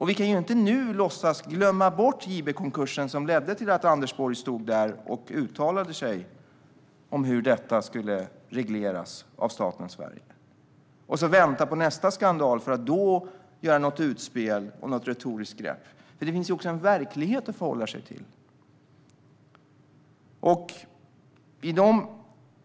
Vi kan inte låtsas glömma bort JB-konkursen, som ledde till att Anders Borg stod där och uttalade sig om hur detta skulle regleras av staten Sverige, och vänta på nästa skandal för att då göra något utspel och ta till något retoriskt grepp. Det finns ju också en verklighet att förhålla sig till.